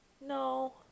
No